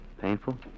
Painful